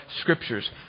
Scripture's